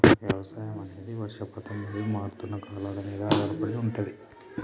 వ్యవసాయం అనేది వర్షపాతం మరియు మారుతున్న కాలాల మీద ఆధారపడి ఉంటది